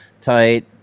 tight